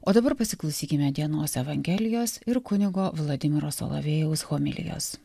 o dabar pasiklausykime dienos evangelijos ir kunigo vladimiro solovejaus homilijos